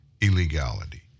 illegality